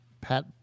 Pat